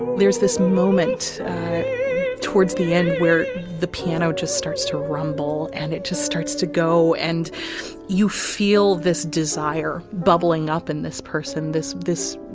there's this moment towards the end where the piano just starts to rumble and it just starts to go and you feel this desire bubbling up in this person. this this.